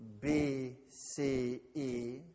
B-C-E